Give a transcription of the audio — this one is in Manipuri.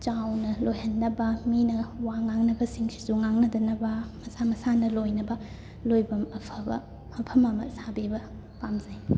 ꯆꯥꯎꯅ ꯂꯣꯏꯍꯟꯅꯕ ꯃꯤꯅ ꯋꯥ ꯉꯥꯡꯅꯕꯁꯤꯡꯁꯤꯁꯨ ꯉꯥꯡꯅꯗꯅꯕ ꯃꯁꯥ ꯃꯁꯥꯅ ꯂꯣꯏꯅꯕ ꯂꯣꯏꯕꯝ ꯑꯐꯕ ꯃꯐꯝ ꯑꯃ ꯁꯥꯕꯤꯕ ꯄꯥꯝꯖꯩ